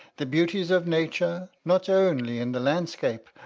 the beauties of nature, not only in the landscape,